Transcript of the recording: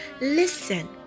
Listen